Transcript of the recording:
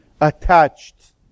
attached